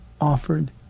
offered